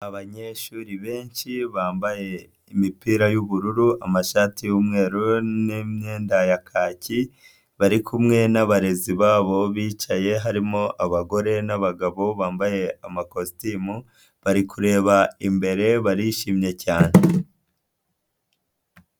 Abanyeshuri benshi bambaye imipira y'ubururu amashati y'umweru nmyenda ya kaki, bari kumwe nabarezi babo, bicaye harimo abagore n'abagabo bambaye amakositimu, bari kureba imbere, barishimye cyane.